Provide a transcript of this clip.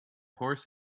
horse